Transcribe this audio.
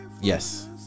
Yes